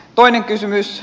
toinen kysymys